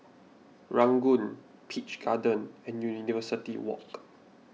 Ranggung Peach Garden and University Walk